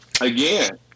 again